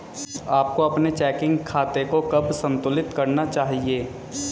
आपको अपने चेकिंग खाते को कब संतुलित करना चाहिए?